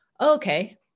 okay